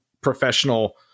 professional